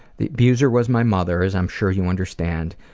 the abuser was my mother, as i'm sure you understand,